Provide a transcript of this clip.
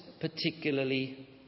particularly